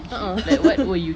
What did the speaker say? a'ah